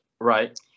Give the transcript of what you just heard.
right